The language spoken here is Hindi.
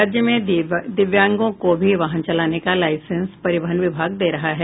राज्य में दिव्यांगों को भी वाहन चलाने का लाईसेंस परिवहन विभाग दे रहा है